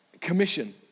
commission